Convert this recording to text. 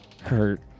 hurt